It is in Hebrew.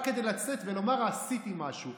רק כדי לצאת ולומר: עשיתי משהו.